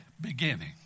beginning